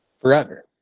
forever